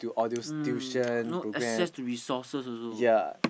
mm no access to be sources also